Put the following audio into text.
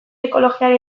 ekologiari